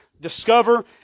discover